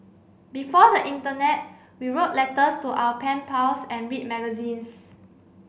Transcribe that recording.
before the internet we wrote letters to our pen pals and read magazines